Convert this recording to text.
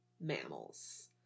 mammals